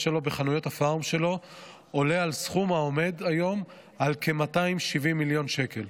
שלו בחנויות הפארם שלו עולה על סכום של כ-270 מיליון שקל.